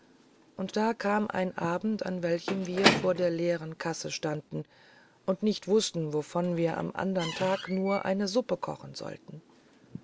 und da kam ein abend an welchem wir vor der leeren kasse standen und nicht wußten wovon wir am andern tag auch nur eine suppe kochen sollten